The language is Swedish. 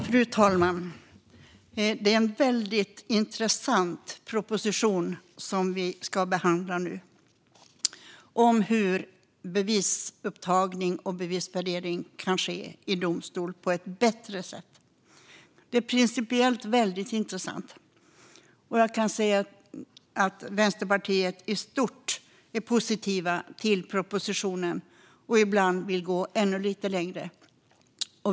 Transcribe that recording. Fru talman! Det är en väldigt intressant proposition som vi nu ska behandla om hur bevisupptagning och bevisvärdering kan ske i domstol på ett bättre sätt. Det är principiellt väldigt intressant. Vänsterpartiet är i stort positivt till propositionen och vill ibland gå ännu lite längre.